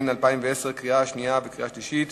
עברה בקריאה השנייה ובקריאה השלישית,